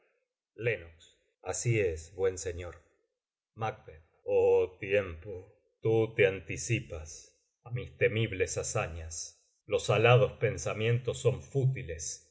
len así es buen señor macb oh tiempo tú te anticipas á mis temibles acto cuarto escena ii hazañas los alados pensamientos son fútiles